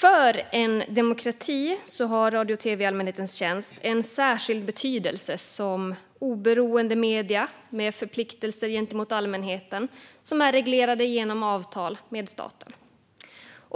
För en demokrati har radio och tv i allmänhetens tjänst en särskild betydelse som oberoende medier med förpliktelser gentemot allmänheten som är reglerade genom avtal med staten.